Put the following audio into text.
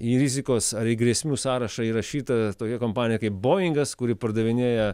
į rizikos ar į grėsmių sąrašą įrašyta tokia kompanija kaip boingas kuri pardavinėja